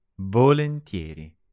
volentieri